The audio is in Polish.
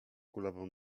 kulawą